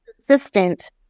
assistant